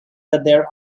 there